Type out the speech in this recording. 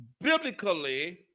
biblically